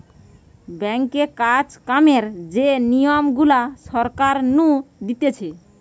ব্যাঙ্কে কাজ কামের যে নিয়ম গুলা সরকার নু দিতেছে